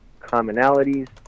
commonalities